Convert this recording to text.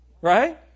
Right